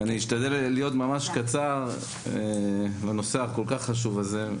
אני אשתדל להיות ממש קצר בנושא הכול כך חשוב הזה.